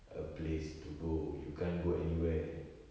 a place to go you can't go anywhere